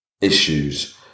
issues